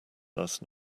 last